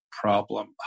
problem